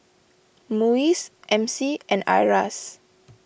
Muis M C and Iras